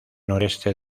noreste